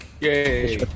Yay